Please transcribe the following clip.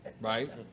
right